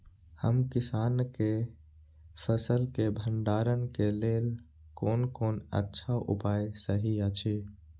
हम किसानके फसल के भंडारण के लेल कोन कोन अच्छा उपाय सहि अछि?